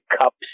cups